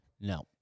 No